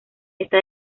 está